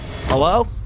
hello